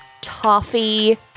toffee